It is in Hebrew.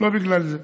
לא בגלל זה.